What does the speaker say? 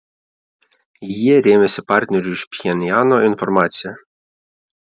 jie rėmėsi partnerių iš pchenjano informacija